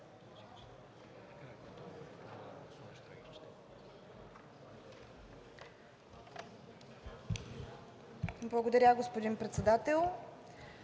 Благодаря, господин Председател.